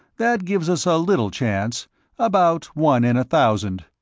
that gives us a little chance about one in a thousand.